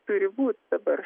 turi būt dabar